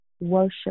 worship